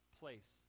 place